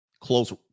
close-